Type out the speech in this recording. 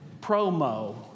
promo